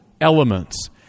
elements